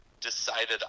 decided